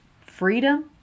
Freedom